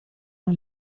una